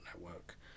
network